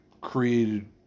created